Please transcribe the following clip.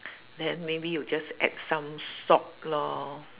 then maybe you just add some salt lor